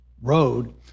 road